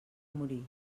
morir